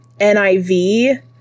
NIV